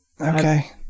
Okay